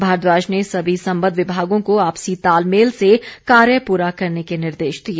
भारद्वाज ने सभी संबद्व विभागों को आपसी तालमेल से कार्य पूरा करने के निर्देश दिए